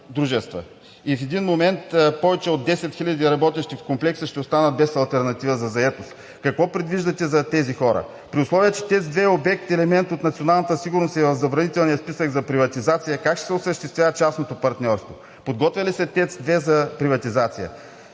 дружества и в един момент повече от десет хиляди работещи в Комплекса ще останат без алтернатива за заетост? Какво предвиждате за тези хора? При условие че тези два обекта, елемент от националната сигурност, са в забранителния списък за приватизация как ще се осъществява частното партньорство? Подготвя ли се ТЕЦ-2 за приватизация?